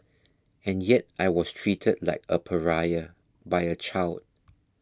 and yet I was treated like a pariah by a child